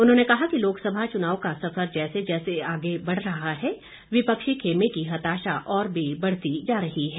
उन्होंने कहा कि लोकसभा चुनाव का सफर जैसे जैसे आगे बढ़ रहा है विपक्षी खेमे की हताशा और भी बढ़ती जा रही है